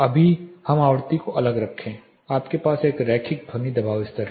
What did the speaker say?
अभी हम आवृत्ति को अलग रखें आपके पास एक रैखिक ध्वनि दबाव स्तर है